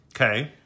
Okay